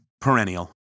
Perennial